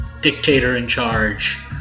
dictator-in-charge